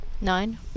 Nine